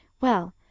Well